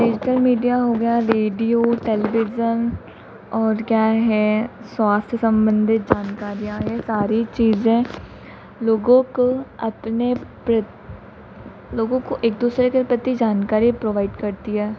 digital media हो गया radio television और क्या है स्वास्थ्य सम्बन्धित जानकारियाँ यह सारी चीज़ें लोगों को अपने प्रति लोगों को एक दूसरे के प्रति जानकारी प्रोवाइड करती है